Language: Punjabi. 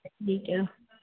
ਠੀਕ ਹੈ